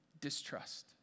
Distrust